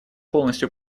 полностью